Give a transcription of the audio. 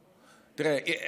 תראה,